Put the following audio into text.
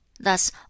Thus